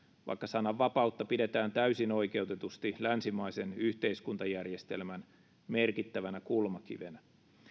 vaikka sananvapautta pidetään täysin oikeutetusti länsimaisen yhteiskuntajärjestelmän merkittävänä kulmakivenä